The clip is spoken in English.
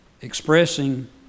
expressing